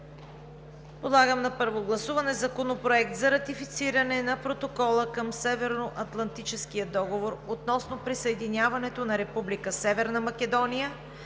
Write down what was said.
Подлагам на първо гласуване Законопроект за ратифициране на Протокола към Северноатлантическия договор относно присъединяването на Република